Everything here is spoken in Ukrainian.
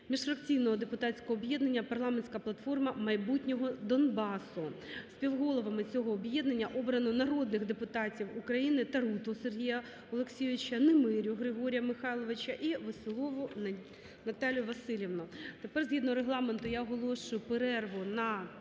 міжфракційного депутатського об'єднання "Парламентська платформа майбутнього Донбасу". Співголовами цього об'єднання обрано народних депутатів України: Таруту Сергія Олексійовича, Немирю Григорія Михайловича і Веселову Наталію Василівну. Тепер згідно Регламенту я оголошую перерву на